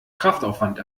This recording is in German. kraftaufwand